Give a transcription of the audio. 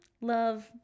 love